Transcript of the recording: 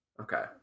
Okay